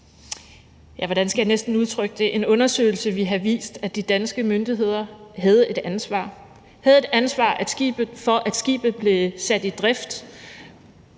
en undersøgelse ville have vist, at de danske myndigheder havde et ansvar – havde et ansvar for, at skibet blev sat i drift.